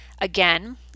again